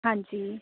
ਹਾਂਜੀ